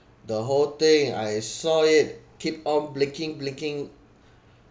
the whole thing I saw it keep on blinking blinking